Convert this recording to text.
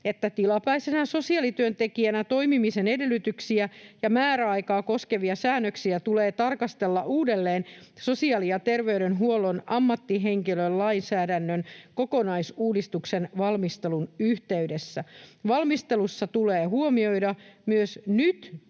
tilapäisenä sosiaalityöntekijänä toimimisen edellytyksiä ja määräaikaa koskevia säännöksiä tulee tarkastella uudelleen sosiaali- ja terveydenhuollon ammattihenkilölainsäädännön kokonaisuudistuksen valmistelun yhteydessä. Valmistelussa tulee huomioida myös nyt